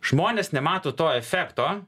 žmonės nemato to efekto